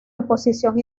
oposición